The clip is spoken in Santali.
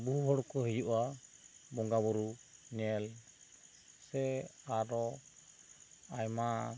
ᱵᱳᱦᱩ ᱦᱚᱲ ᱠᱚ ᱦᱤᱡᱩᱜᱼᱟ ᱵᱚᱸᱜᱟ ᱵᱳᱨᱳ ᱧᱮᱞ ᱥᱮ ᱟᱨᱚ ᱟᱭᱢᱟ